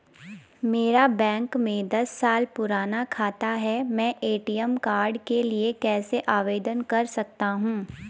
मेरा बैंक में दस साल पुराना खाता है मैं ए.टी.एम कार्ड के लिए कैसे आवेदन कर सकता हूँ?